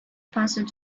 passed